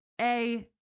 A-